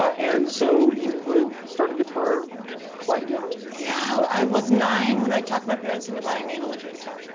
and so, you would started guitar quite young? yeah. i was nine when i talked my parents into buying me an electric guitar.